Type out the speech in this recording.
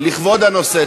לכבוד הנושא.